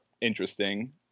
interesting